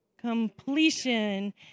Completion